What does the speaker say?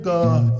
God